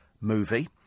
movie